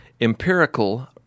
Empirical